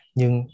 nhưng